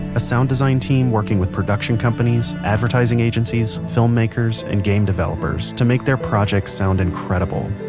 a sound design team working with production companies, advertising agencies, filmmakers, and game developers to make their projects sound incredible.